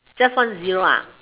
just one zero ah